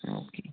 ആഹ് okay